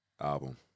album